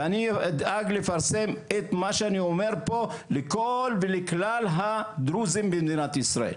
ואני אדאג לפרסם את מה שאני אומר פה לכל ולכלל הדרוזים במדינת ישראל.